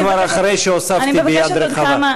זה כבר אחרי שהוספתי ביד רחבה.